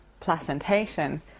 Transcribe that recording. placentation